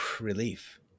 relief